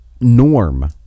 norm